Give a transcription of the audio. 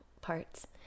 parts